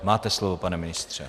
Máte slovo, pane ministře.